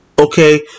okay